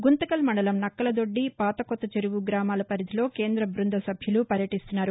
గుంతకల్ మండలం నక్కల దొద్ది పాతకొత్తచెరువు గ్రామాల పరిధిలో కేంద్ర బృంద సభ్యులు పర్యటీస్తున్నారు